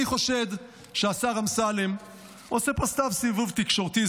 אני חושד שהשר אמסלם עושה פה סתם סיבוב תקשורתי.